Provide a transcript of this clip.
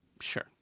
Sure